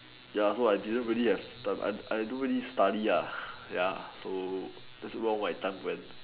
ya so I didn't really have time I I don't really study ah ya so that's where all my time went